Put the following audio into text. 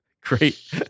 great